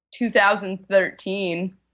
2013